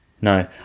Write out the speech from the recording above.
No